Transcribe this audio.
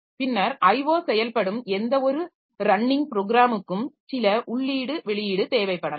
பின்னர் IO செயல்படும் எந்தவொரு ரன்னிங் ப்ரோகிராமுக்கும் சில உள்ளீடு வெளியீடு தேவைப்படலாம்